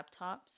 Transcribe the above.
laptops